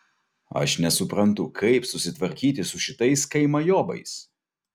aš nesuprantu kaip susitvarkyti su šitais kaimajobais